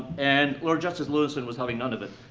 and lord justice lewison was having none of it.